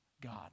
God